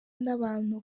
n’abantu